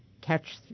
catch